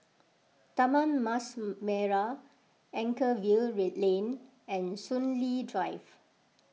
Taman Mas Merah Anchorvale Lane and Soon Lee Drive